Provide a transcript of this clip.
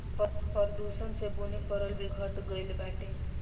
प्रदूषण से बुनी परल भी घट गइल बाटे